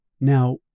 Now